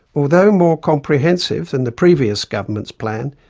although more comprehensive than the previous government's plan,